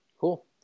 cool